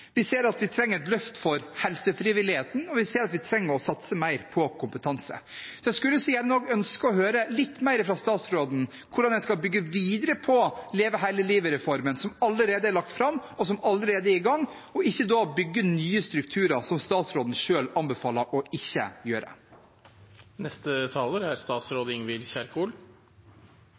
Vi ser at vi trenger et løft for helsefrivilligheten, og vi ser at vi trenger å satse mer på kompetanse. Så jeg skulle så gjerne ønske å høre litt mer fra statsråden om hvordan en skal bygge videre på Leve hele livet-reformen, som allerede er lagt fram og allerede er i gang, og ikke bygge nye strukturer, noe statsråden selv anbefaler å ikke